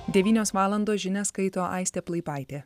devynios valandos žinias skaito aistė plaipaitė